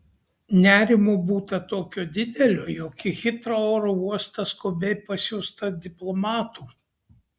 nerimo būta tokio didelio jog į hitrou oro uostą skubiai pasiųsta diplomatų